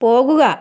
പോകുക